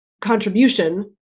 contribution